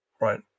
right